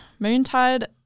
Moontide